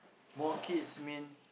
more kids means